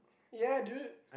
ya dude